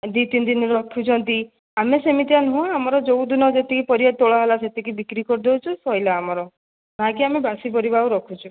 ଦୁଇ ତିନି ଦିନ ରଖୁଛନ୍ତି ଆମେ ସେମିତିଆ ନୁହଁ ଆମର ଯେଉଁ ଦିନ ଯେତିକି ପରିବା ତୋଳାହେଲା ସେତିକି ବିକ୍ରି କରିଦେଉଛୁ ସରିଲା ଆମର ନାକି ଆମେ ଆଉ ବାସି ପାରିବା ଆଉ ରଖୁଛୁ